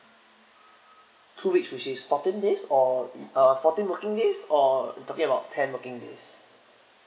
two weeks which is fourteen days or uh fourteen working days or talking about ten working days